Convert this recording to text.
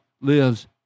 lives